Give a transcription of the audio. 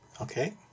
Okay